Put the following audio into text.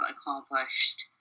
accomplished